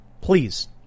please